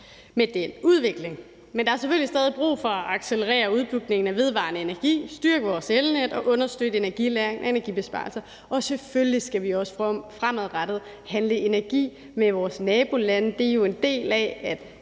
vej med den udvikling, men der er selvfølgelig stadig væk brug for at accelerere udbygningen af vedvarende energi, styrke vores elnet og understøtte energilagring og energibesparelser. Og selvfølgelig skal vi også fremadrettet handle energi med vores nabolande. Det er jo en del af, at